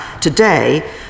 today